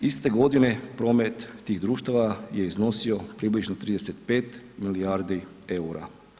Iste godine promet tih društava je iznosio približno 35 milijardi eura.